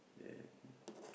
then